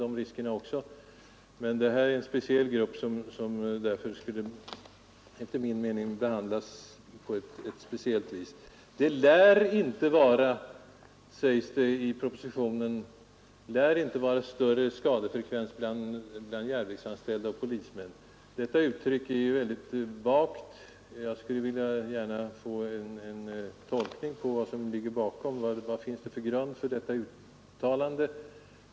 Men det gäller som sagt här en speciell grupp, som därför enligt min mening ur skadeersättningssynpunkt skall behandlas på ett särskilt sätt. Det lär inte vara, sägs det i propositionen, större skadefrekvens bland järnvägsanställda och polismän än bland andra yrkesmän. Detta uttryck ”lär” är ju väldigt vagt, och jag skulle gärna vilja få en tolkning av vad som ligger bakom. Vad finns det för grund för detta uttalande?